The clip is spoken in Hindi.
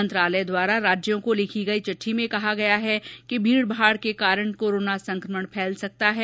मंत्रालय द्वारा राज्यों को लिखी गई चिट्ठी में कहा गया है भीड भाड़ के कारण कोराना संक्रमण फैल सकता है